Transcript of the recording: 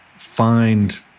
find